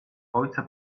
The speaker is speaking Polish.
ojca